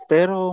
Pero